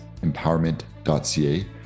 empowerment.ca